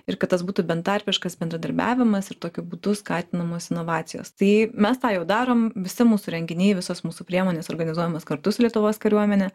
ir kad tas būtų bentarpiškas bendradarbiavimas ir tokiu būdu skatinamos inovacijos tai mes tą jau darom visi mūsų renginiai visos mūsų priemonės organizuojamos kartu su lietuvos kariuomene